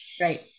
Right